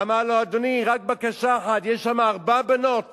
אמר לו: אדוני, רק בקשה אחת, יש שם ארבע בנות